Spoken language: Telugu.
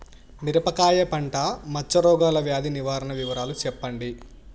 మిరపకాయ పంట మచ్చ రోగాల వ్యాధి నివారణ వివరాలు చెప్పండి?